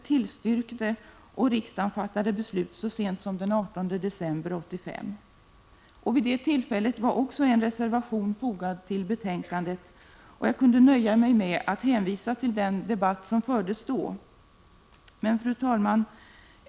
Vid det tillfället var också en reservation fogad till betänkandet, och jag kunde nöja mig med att hänvisa till den debatt som fördes då. Fru talman!